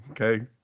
Okay